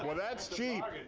but that's cheap.